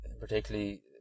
particularly